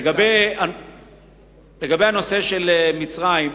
לגבי הנושא של מצרים,